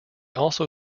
also